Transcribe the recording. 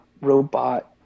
robot